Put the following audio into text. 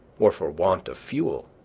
or for want of fuel,